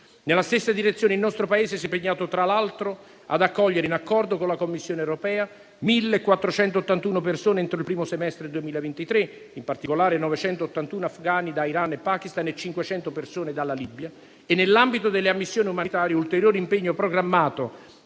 Nella stessa direzione, il nostro Paese si è impegnato, tra l'altro, ad accogliere, in accordo con la Commissione europea, 1.481 persone entro il primo semestre del 2023 (in particolare 981 afghani da Iran e Pakistan e 500 persone dalla Libia). Nell'ambito delle ammissioni umanitarie, ulteriore impegno programmato,